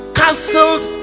cancelled